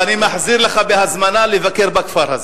ואני מחזיר לך בהזמנה לבקר בכפר הזה.